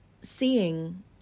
seeing